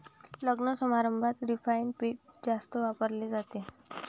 लग्नसमारंभात रिफाइंड पीठ जास्त वापरले जाते